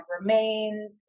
remains